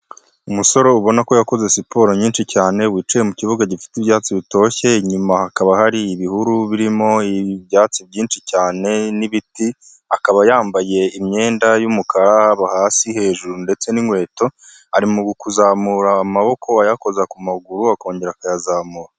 Umusore ubona ko yakoze siporo nyinshi cyane, wiciye mu kibuga gifite ibyatsi bitoshye, inyuma hakaba hari ibihuru birimo ibyatsi byinshi cyane n'ibiti, akaba yambaye imyenda y'umukara, haba hasi, hejuru ndetse n'inkweto ari mu kuzamura amaboko ayakoza ku maguru akongera akayazamura.